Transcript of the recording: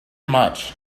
much